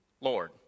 Lord